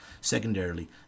secondarily